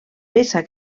peça